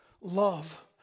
love